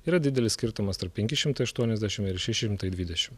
yra didelis skirtumas tarp penki šimtai aštuoniasdešim ir šeši šimtai dvidešim